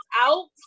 out